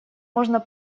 можно